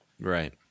right